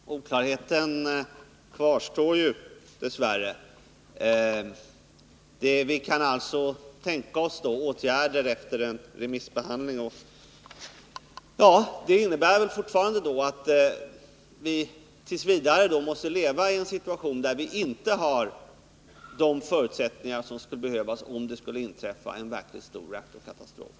Fru talman! Oklarheten kvarstår dess värre. Man kan alltså tänka sig åtgärder efter en remissbehandling. Det innebär väl fortfarande att vi t, v. måste leva i en situation där vi inte har de förutsättningar som skulle behövas om det skulle inträffa en verkligt stor reaktorkatastrof.